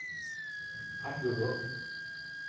ᱟᱡ ᱜᱚᱜᱚ